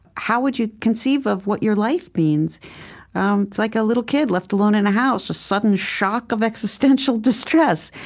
how would you conceive of what your life means? um it's like a little kid left alone in a house, just sudden shock of existential distress.